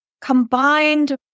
combined